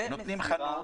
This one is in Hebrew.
נותנים חנות,